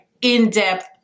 in-depth